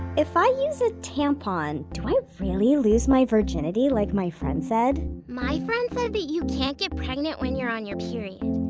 if i use a tampon, do i really lose my virginity like my friend said? my friend said that you can't get pregnant when you're on your period.